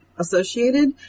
associated